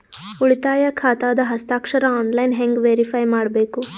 ಉಳಿತಾಯ ಖಾತಾದ ಹಸ್ತಾಕ್ಷರ ಆನ್ಲೈನ್ ಹೆಂಗ್ ವೇರಿಫೈ ಮಾಡಬೇಕು?